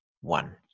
one